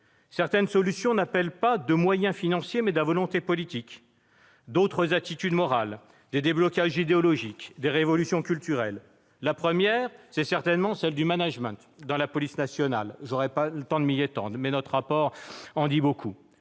Certaines solutions appellent non pas des moyens financiers, mais de la volonté politique, d'autres attitudes morales, des déblocages idéologiques, des révolutions culturelles. La première est certainement celle du management dans la police nationale ; le rapport dit beaucoup